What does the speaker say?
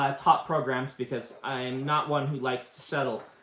ah top programs, because i'm not one who likes to settle.